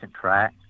track